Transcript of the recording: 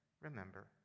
remember